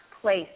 place